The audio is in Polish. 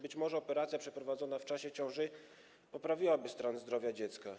Być może operacja przeprowadzona w czasie ciąży poprawiłaby stan zdrowia dziecka.